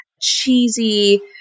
cheesy